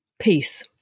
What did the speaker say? Peace